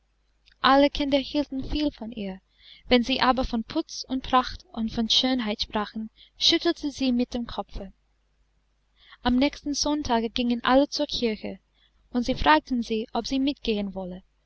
alle kinder hielten viel von ihr wenn sie aber von putz und pracht und von schönheit sprachen schüttelte sie mit dem kopfe am nächsten sonntage gingen alle zur kirche und sie fragten sie ob sie mitgehen wolle